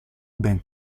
ben